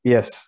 Yes